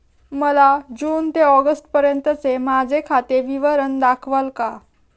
मला जून ते ऑगस्टपर्यंतचे माझे खाते विवरण दाखवाल का?